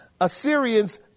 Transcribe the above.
Assyrians